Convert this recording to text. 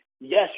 yes